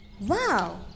Wow